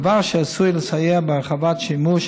דבר שעשוי לסייע בהרחבת השימוש